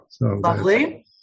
Lovely